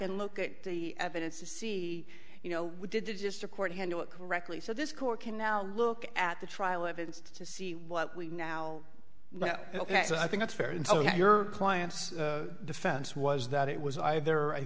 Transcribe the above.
and look at the evidence to see you know we did it just to court handle it correctly so this court can now look at the trial evidence to see what we now know ok so i think it's fair and so your client's defense was that it was either i